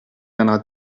viendra